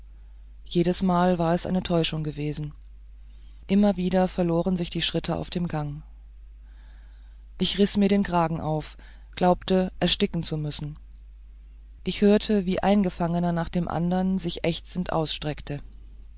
jedesmal war es eine täuschung gewesen immer wieder verloren sich die schritte auf dem gang ich riß mir den kragen auf glaubte ersticken zu müssen ich hörte wie ein gefangener nach dem andern sich ächzend ausstreckte